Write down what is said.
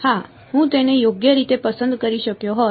હા હું તેને યોગ્ય રીતે પસંદ કરી શક્યો હોત